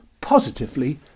positively